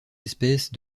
espèce